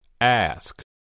Ask